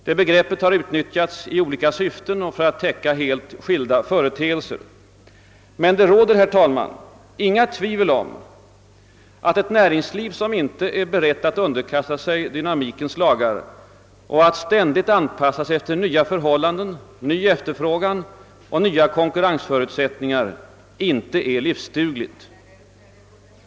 Detta begrepp har utnyttjats i olika syften och för att täcka helt skilda företeelser. Det råder dock, herr talman, inga tvivel om att ett näringsliv som inte är berett att underkasta sig dynamikens lagar och att ständigt anpassa sig efter nya förhållanden, ny efterfrågan och nya konkurrensförutsättningar inte är livsdugligt.